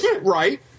right